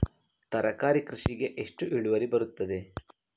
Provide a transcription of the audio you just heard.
ತರಕಾರಿ ಕೃಷಿಗೆ ಎಷ್ಟು ಇಳುವರಿ ಬರುತ್ತದೆ?